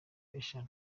eshatu